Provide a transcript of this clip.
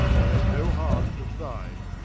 they had no heart to fight,